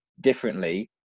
differently